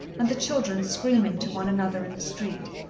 and the children screaming to one another in the street.